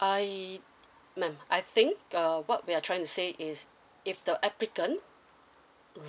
I ma'am I think uh what we're trying to say is if the applicant